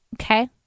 Okay